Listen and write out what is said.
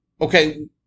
okay